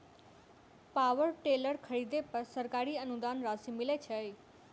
Power tiller खरीदे पर सरकारी अनुदान राशि मिलय छैय?